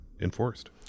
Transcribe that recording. enforced